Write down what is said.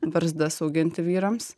barzdas auginti vyrams